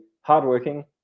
hardworking